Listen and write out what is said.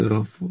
04